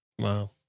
Wow